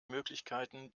möglichkeiten